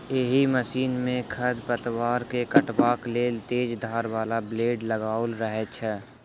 एहि मशीन मे खढ़ पतवार के काटबाक लेल तेज धार बला ब्लेड लगाओल रहैत छै